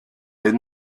est